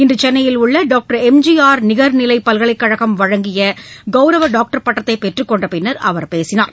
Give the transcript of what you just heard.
இன்று சென்னையில் உள்ள டாக்டர் எம்ஜிஆர் நிகர்நிலைப் பல்கலைக் கழகம் வழங்கிய கவுரவ டாக்டர் பட்டத்தை பெற்றுக் கொண்ட பின்னர் அவர் பேசினார்